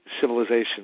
civilization